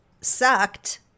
sucked